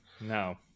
No